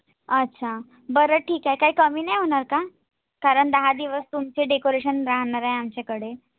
अच्छा बरं ठीक आहे काही कमी नाही होणार का कारण दहा दिवस तुमचे डेकोरेशन राहणार आहे आमच्याकडे